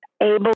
Able